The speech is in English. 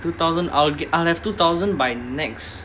two thousand I'll g~ I'll have two thousand by next